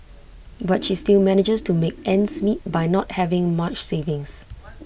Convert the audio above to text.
but she still manages to make ends meet by not having much savings